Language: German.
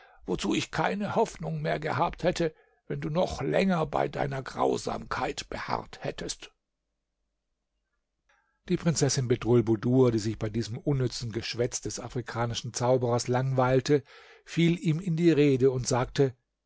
wozu ich keine hoffnung mehr gehabt hätte wenn du noch länger bei deiner grausamkeit beharrt wärest die prinzessin bedrulbudur die sich bei diesem unnützen geschwätz des afrikanischen zauberers langweilte fiel ihm in die rede und sagte